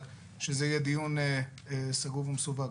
רק שזה יהיה דיון סגור ומסווג.